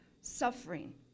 suffering